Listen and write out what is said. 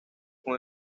con